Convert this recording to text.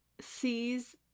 Sees